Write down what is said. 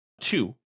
two